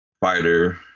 fighter